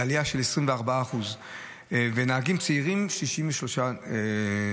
זו עלייה של 24%. נהגים צעירים, 63 הרוגים.